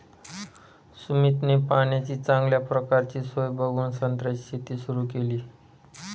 सुमितने पाण्याची चांगल्या प्रकारची सोय बघून संत्र्याची शेती सुरु केली